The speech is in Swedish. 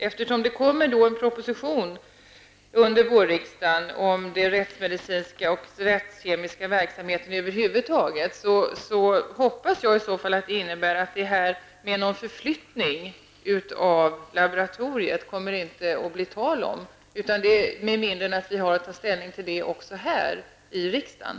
Eftersom det kommer en proposition under vårriksdagen om den rättsmedicinska och rättskemiska verksamheten över huvud taget, hoppas jag i så fall att det innebär att det här med en förflyttning av laboratoriet inte kommer att bli tal om, med mindre än att vi får ta ställning till det här i riksdagen?